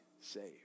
saved